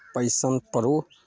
passion pro